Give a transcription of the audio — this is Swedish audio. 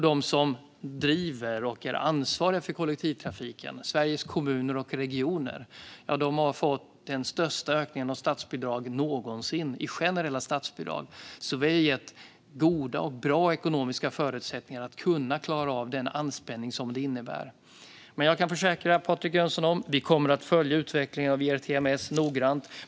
De som driver och är ansvariga för kollektivtrafiken - Sveriges Kommuner och Regioner - har fått den största ökningen av statsbidrag någonsin - generella statsbidrag. Vi har alltså gett goda och bra ekonomiska förutsättningar att klara av den anspänning som det hela innebär. Jag försäkrar Patrik Jönsson att vi kommer att följa utvecklingen av ERTMS noggrant.